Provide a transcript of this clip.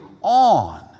on